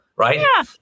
Right